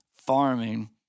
farming